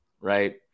right